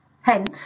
Hence